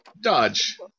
dodge